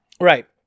Right